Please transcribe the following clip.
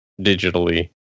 digitally